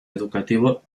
educativa